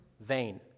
vain